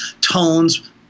tones